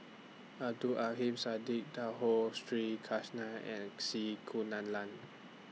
Abdul Siddique Sri Krishna and C Kunalan